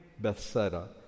Bethsaida